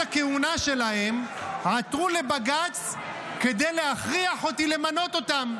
הכהונה שלהם עתרו לבג"ץ כדי להכריח אותי למנות אותם.